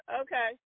Okay